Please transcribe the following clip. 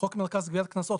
חוק מרכז גביית קנסות.